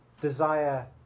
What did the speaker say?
desire